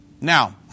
Now